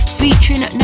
featuring